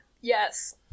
Yes